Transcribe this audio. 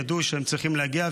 ידעו שהם צריכים להגיע,